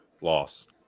loss